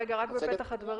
גבי, רגע, רק בפתח הדברים.